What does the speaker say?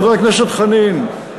חבר הכנסת חנין,